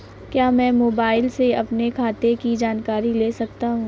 क्या मैं मोबाइल से अपने खाते की जानकारी ले सकता हूँ?